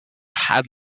had